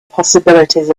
possibilities